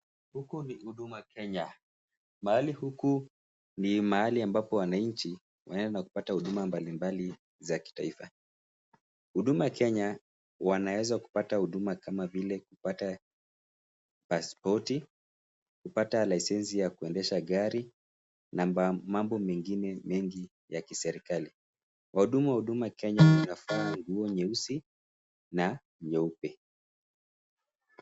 Huku ni huduma Kenya. Mahali huku ni mahli ambapo wananchi wanaenda kupata huduma mbali mbali za kitaifa. Huduma Kenya wanaweza kupata huduma kama vile kupata pasipoti, kupata licence ya kuendesha gari, na mambo mengine mengi ya kiserikali. Wahudumu wa huduma Kenya wamevaa nguo nyeusi na nyeupe.